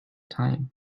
time